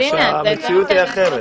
רק שהמציאות היא אחרת.